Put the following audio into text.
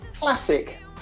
Classic